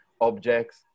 objects